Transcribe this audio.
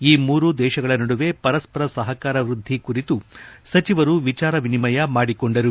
ಈ ಮೂರು ದೇಶಗಳ ನಡುವೆ ಪರಸ್ಪರ ಸಪಕಾರ ವೃದ್ಧಿ ಕುರಿತು ಸಚಿವರು ವಿಚಾರ ವಿನಿಮಯ ಮಾಡಿಕೊಂಡರು